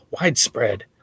Widespread